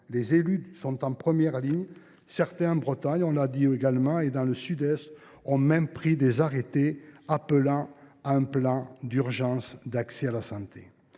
Les élus sont en première ligne : certains, en Bretagne et dans le Sud Est, ont même pris des arrêtés appelant à un plan d’urgence d’accès à la santé.